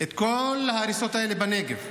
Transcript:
את כל ההריסות האלה בנגב.